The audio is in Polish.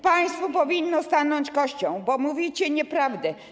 Państwu powinno stanąć kością, bo mówicie nieprawdę.